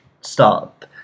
Stop